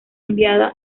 enviada